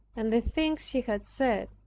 and the things he had said,